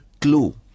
clue